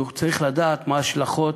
הוא צריך לדעת מה ההשלכות,